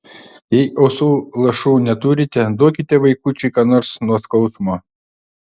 jei ausų lašų neturite duokite vaikučiui ką nors nuo skausmo